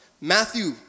Matthew